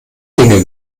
dinge